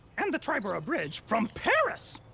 and the triborough bridge, from paris,